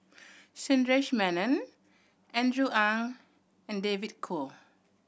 Sundaresh Menon Andrew Ang and David Kwo